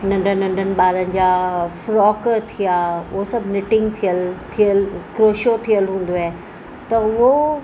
नंढनि नंढनि ॿारनि जा फ्रॉक थिया उहो सभु निटिंग थियलु थियलु क्रोशो थियलु हूंदो आहे त उहो